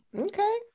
Okay